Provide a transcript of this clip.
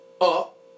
up